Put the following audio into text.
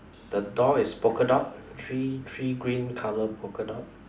the door is polka dot three three green color polka dot